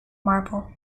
marble